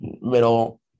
middle